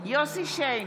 יוסף שיין,